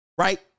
Right